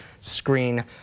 screen